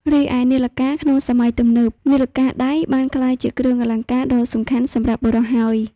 រីឯនាឡិកាក្នុង សម័យទំនើប នាឡិកាដៃបានក្លាយជាគ្រឿងអលង្ការដ៏សំខាន់សម្រាប់បុរសហើយ។